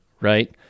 right